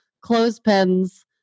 clothespins